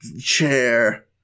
Chair